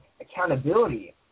accountability